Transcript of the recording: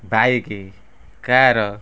bike car